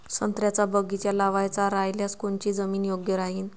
संत्र्याचा बगीचा लावायचा रायल्यास कोनची जमीन योग्य राहीन?